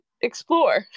explore